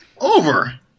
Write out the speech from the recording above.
Over